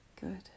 Good